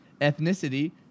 Ethnicity